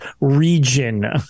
region